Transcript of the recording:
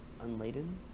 Unladen